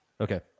Okay